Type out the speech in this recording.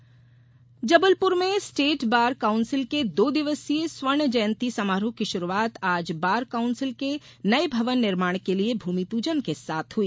state bar council Jabalpur में state bar council के दो दिवसीय स्वर्ण जयंती समारोह की शुरूआत आज बार काउंसिल के नये भवन निर्माण के लिये भूमिपूजन के साथ हुई